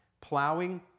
plowing